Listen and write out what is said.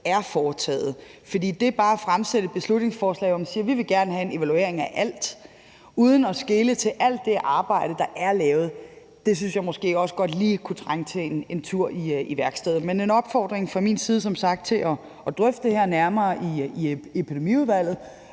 er foretaget. For med hensyn til det med bare at fremsætte et beslutningsforslag, hvor man siger, at man gerne vil have en evaluering af alt, uden at skele til alt det arbejde, der er lavet, synes jeg måske også godt lige det kunne trænge til en tur i værkstedet. Men der er som sagt en opfordring fra min side til at drøfte det her nærmere i Epidemiudvalget,